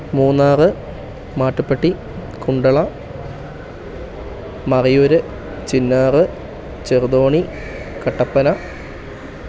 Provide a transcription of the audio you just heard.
Munnar Mattupetty Kundala Marayoor Chinnar Cheruthoni Kattappana